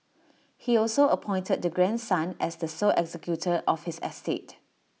he also appointed the grandson as the sole executor of his estate